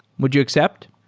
would you accept?